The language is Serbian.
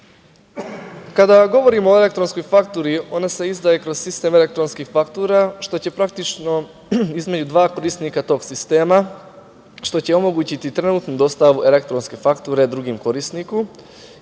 govorimo o elektronskoj fakturi, ona se izdaje kroz sistem elektronskih faktura, što će praktično između dva korisnika tog sistema, što će omogućiti trenutnu dostavu elektronske fakture drugom korisniku